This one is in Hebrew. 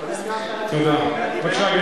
תודה רבה